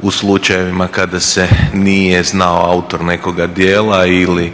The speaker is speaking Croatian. u slučajevima kada se nije znao autor nekoga djela ili